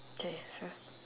K so